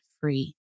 free